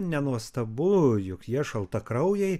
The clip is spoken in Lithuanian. nenuostabu juk jie šaltakraujai